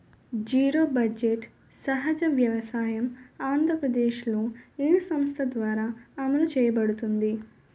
Zero budget సహజ వ్యవసాయం ఆంధ్రప్రదేశ్లో, ఏ సంస్థ ద్వారా అమలు చేయబడింది?